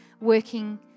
working